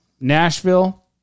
Nashville